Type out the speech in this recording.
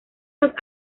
los